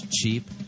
cheap